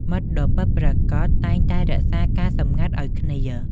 មិត្តដ៏ពិតប្រាកដតែងតែរក្សាការសម្ងាត់ឱ្យគ្នា។